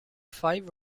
five